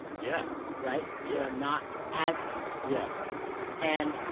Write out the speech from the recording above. yeah right? yeah or not as beautiful. yeah and,